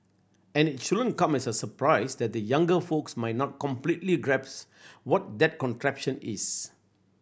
and it shouldn't come as a surprise that the younger folks might not completely grasp what that contraption is